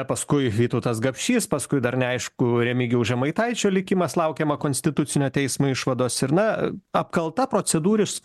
paskui vytautas gapšys paskui dar neaišku remigijaus žemaitaičio likimas laukiama konstitucinio teismo išvados ir na apkalta procedūrius